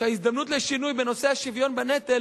שההזדמנות לשינוי בנושא השוויון בנטל